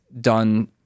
done